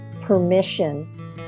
permission